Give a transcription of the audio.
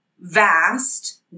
vast